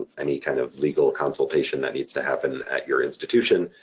ah any kind of legal consultation that needs to happen at your institution,